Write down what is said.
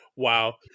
Wow